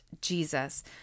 Jesus